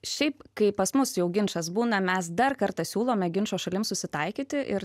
šiaip kai pas mus jau ginčas būna mes dar kartą siūlome ginčo šalims susitaikyti ir